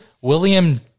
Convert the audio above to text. William